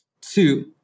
Two